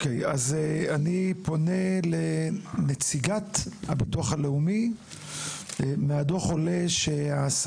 אני פונה לנציגת הביטוח הלאומי; מהדו"ח עולה כי ההפרשים בין